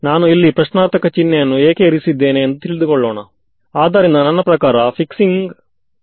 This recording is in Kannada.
ಈ ರೀತಿ ನಮಗೆ ಕೊನೆಗೆ ಸಿಸ್ಟಮ್ ಆಫ್ ಇಕ್ವೇಷನ್ Axb ದೊರಕಿದೆ ಹಾಗು ನಾವು ಇದನ್ನು ಸರಿಯಾಗಿ ಉತ್ತರಿಸಿದ್ದೇವೆ